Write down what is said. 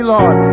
Lord